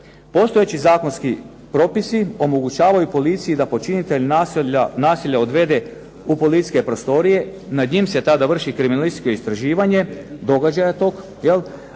Postojeći zakonski propisi omogućavaju policiji da počinitelja nasilja odvede u policijske prostorije, nad njim se tada vrši kriminalističko istraživanje događaja tog,